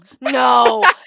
No